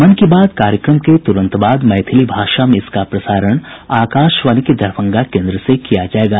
मन की बात कार्यक्रम के त्रंत बाद मैथिली भाषा में इसका प्रसारण आकाशवाणी के दरभंगा केन्द्र से किया जायेगा